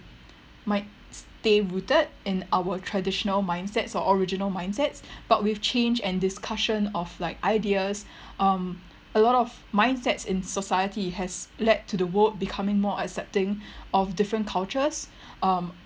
might stay rooted in our traditional mindsets or original mindsets but with change and discussion of like ideas um a lot of mindsets in society has led to the world becoming more accepting of different cultures um